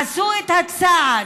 עשו את הצעד,